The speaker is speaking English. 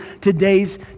today's